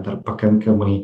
dar pakankamai